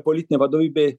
politinė vadovybei